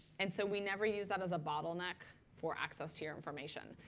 and so we never use that as a bottleneck for access to your information.